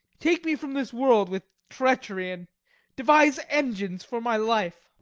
take me from this world with treachery and devise engines for my life.